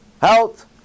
Health